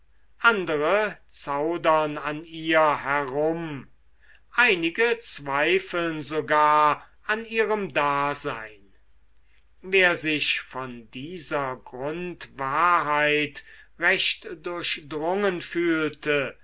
andere zaudern an ihr herum einige zweifeln sogar an ihrem dasein wer sich von dieser grundwahrheit recht durchdrungen fühlte